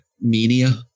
mania